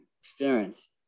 experience